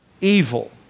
Evil